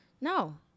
No